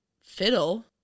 fiddle